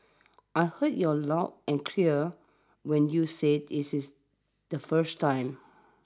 I heard you aloud and clear when you said this is the first time